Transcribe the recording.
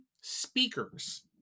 speakers